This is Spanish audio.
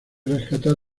rescatar